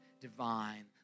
divine